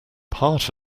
part